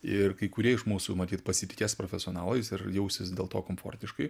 ir kai kurie iš mūsų matyt pasitikės profesionalais ir jausis dėl to komfortiškai